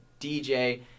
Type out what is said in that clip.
DJ